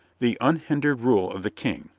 the unhindered rule of the king,